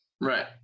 right